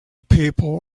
people